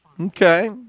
Okay